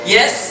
Yes